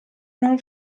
non